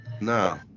No